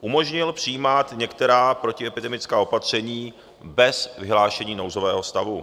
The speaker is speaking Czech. Umožnil přijímat některé protiepidemická opatření bez vyhlášení nouzového stavu.